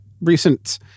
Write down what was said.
recent